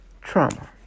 Trauma